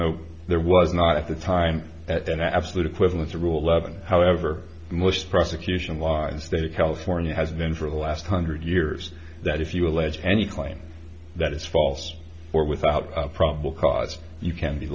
no there was not at the time at an absolute equivalent to rule eleven however most prosecution lives state of california has been for the last hundred years that if you allege any claim that is false or without probable cause you can be